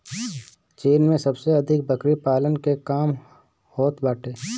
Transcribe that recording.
चीन में सबसे अधिक बकरी पालन के काम होत बाटे